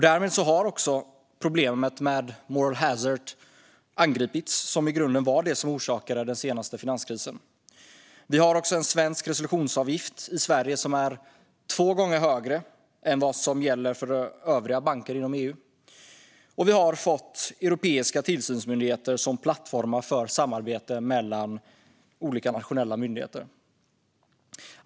Därmed har problemet med moral hazard angripits - detta var i grunden det som orsakade den senaste finanskrisen. Vi har en resolutionsavgift i Sverige som är två gånger högre än vad som gäller för övriga banker inom EU. Vi har också fått europeiska tillsynsmyndigheter som plattformar för samarbete mellan olika nationella myndigheter.